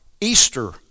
Easter